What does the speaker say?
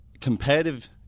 competitive